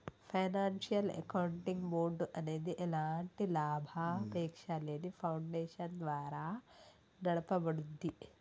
financial accounting board అనేది ఎలాంటి లాభాపేక్షలేని ఫౌండేషన్ ద్వారా నడపబడుద్ది